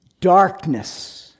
darkness